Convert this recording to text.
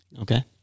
Okay